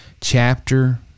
chapter